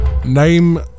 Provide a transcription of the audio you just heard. name